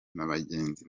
n’abagenzi